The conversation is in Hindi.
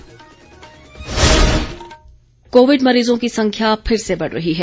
कोविड संदेश कोविड मरीजों की संख्या फिर से बढ़ रही है